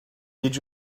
did